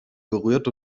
gerührt